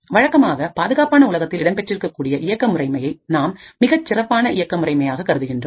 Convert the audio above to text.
வழக்கமாக பாதுகாப்பான உலகத்தில் இடம் பெற்றிருக்கக் கூடிய இயக்க முறைமையை நாம் மிகச் சிறப்பான இயக்கம் முறைமையாக கருதுகின்றோம்